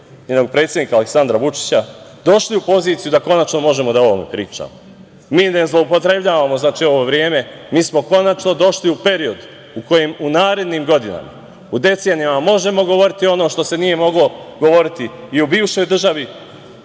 njenog predsednika Aleksandra Vučića, došli u poziciju da konačno možemo da o ovome pričamo. Mi ne zloupotrebljavamo ovo vreme, mi smo konačno došli u period u kojem u narednim godinama, u decenijama možemo govoriti ono što se nije moglo govoriti i u bivšoj državi,